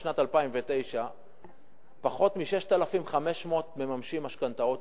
בשנת 2009 היו פחות מ-6,500 מממשי משכנתאות